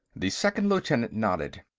the second lieutenant nodded.